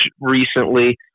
recently